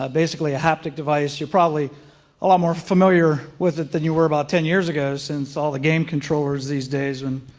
ah basically a haptic device, you're probably a lot more familiar with it than you were about ten years ago, since all the game controllers these days when